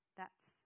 That's